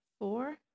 four